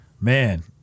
Man